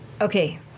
Okay